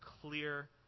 clear